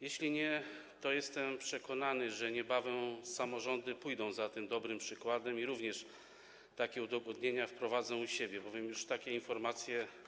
Jeśli nie, to jestem przekonany, że niebawem samorządy pójdą za tym dobrym przykładem i również takie udogodnienia wprowadzą u siebie, bowiem już otrzymuję takie informacje.